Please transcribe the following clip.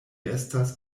estas